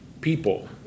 people